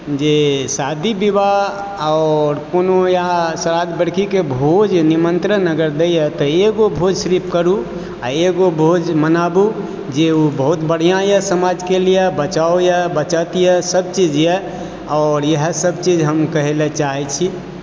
जे शादी बिबाह आओर कोनो या सराध बरखी के भोज निमंत्रण अगर दैया तऽ एगो भोज सिर्फ करू आ एगो भोज मनाबू जे ओ बहुत बढिऑं यऽ समाज के लियऽ बचाउ यऽ बचत यऽ सब चीज यऽ आओर इएह सब चीज हम कहै लए चाहै छी